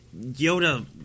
Yoda